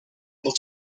able